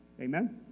Amen